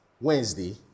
Wednesday